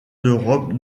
d’europe